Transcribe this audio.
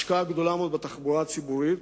השקעה גדולה מאוד בתחבורה הציבורית,